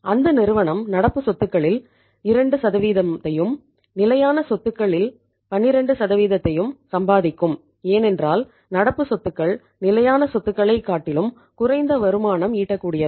அந்த நிறுவனம் நடப்பு சொத்துக்களில் 2 ஐயும் நிலையான சொத்துக்களில் 12 ஐயும் சம்பாதிக்கும் ஏனென்றால் நடப்பு சொத்துக்கள் நிலையான சொத்துக்களை காட்டிலும் குறைந்த வருமானம் ஈட்டக்கூடியவை